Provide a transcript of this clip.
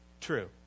true